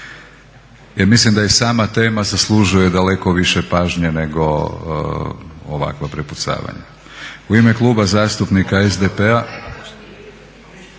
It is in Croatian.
jer mislim da i sama tema zaslužuje daleko više pažnje nego ovakva prepucavanja. Izvolite kolega Borić.